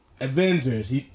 Avengers